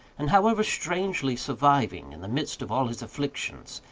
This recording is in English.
and however strangely surviving in the midst of all his afflictions,